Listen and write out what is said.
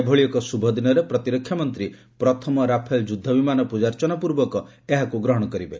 ଏଭଳି ଏକ ଶ୍ରଭ ଦିନରେ ପ୍ରତିରକ୍ଷା ମନ୍ତ୍ରୀ ପ୍ରଥମ ରାଫେଲ ଯୁଦ୍ଧ ବିମାନ ପ୍ରଜାର୍ଚ୍ଚନା ପୂର୍ବକ ଏହାକୁ ଗ୍ରହଣ କରିବେ